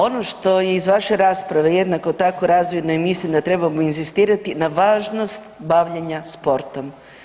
Ono što iz vaše rasprave, jednako tako je razvidno i mislim da trebamo inzistirati, na važnost bavljenja sportom.